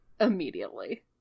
immediately